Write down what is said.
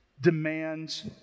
demands